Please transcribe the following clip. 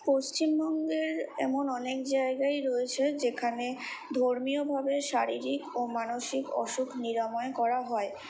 পশ্চিমবঙ্গের এমন অনেক জায়গাই রয়েছে যেখানে ধর্মীয়ভাবে শারীরিক ও মানসিক অসুখ নিরাময় করা হয়